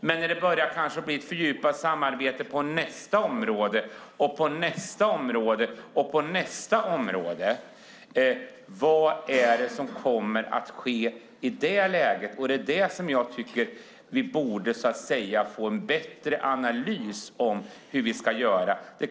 Men vad kommer att ske när det blir ett fördjupat samarbete på nästa område och nästa? Där tycker jag att vi borde få en bättre analys av hur vi ska göra.